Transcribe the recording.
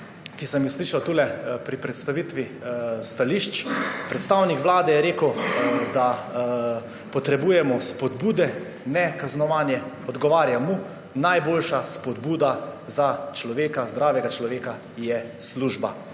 ki sem jih slišal tukaj pri predstavitvi stališč. Predstavnik Vlade je rekel, da potrebujemo spodbude, ne kaznovanje. Odgovarjam mu: najboljša spodbuda za človeka, zdravega človeka, je služba